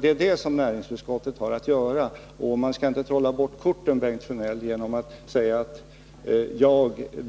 Det är vad näringsutskottet har att göra. Och man skall inte trolla bort korten, Bengt Sjönell, genom att säga att jag från